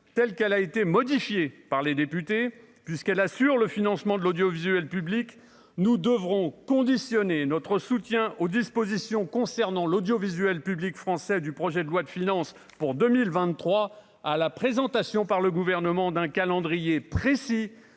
telle qu'elle a été modifiée par les députés, puisqu'elle assure le financement de l'audiovisuel public, nous devrons conditionner notre soutien aux dispositions concernant l'audiovisuel public français du projet de loi de finances pour 2023 à la présentation par le gouvernement d'un calendrier précis